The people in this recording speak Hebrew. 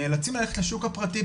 נאלצים ללכת לשוק הפרטי,